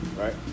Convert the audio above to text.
right